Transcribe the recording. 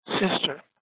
sister